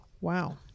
Wow